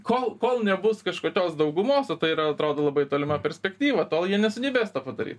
kol kol nebus kažkokios daugumos o tai yra atrodo labai tolima perspektyva tol jie nesugebės to padaryt